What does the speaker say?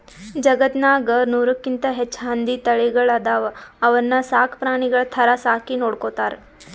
ಜಗತ್ತ್ನಾಗ್ ನೂರಕ್ಕಿಂತ್ ಹೆಚ್ಚ್ ಹಂದಿ ತಳಿಗಳ್ ಅದಾವ ಅವನ್ನ ಸಾಕ್ ಪ್ರಾಣಿಗಳ್ ಥರಾ ಸಾಕಿ ನೋಡ್ಕೊತಾರ್